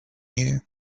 new